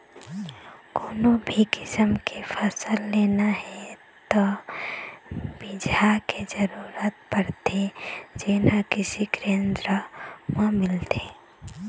कोनो भी किसम के फसल लेना हे त बिजहा के जरूरत परथे जेन हे कृषि केंद्र म मिलथे